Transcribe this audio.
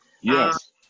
Yes